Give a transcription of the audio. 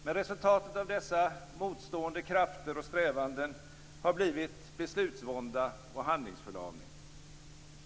Men resultatet av dessa motstående krafter och strävanden har blivit beslutsvånda och handlingsförlamning.